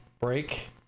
break